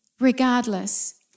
regardless